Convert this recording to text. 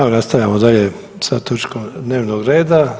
Evo nastavljamo dalje sa točkom dnevnog reda.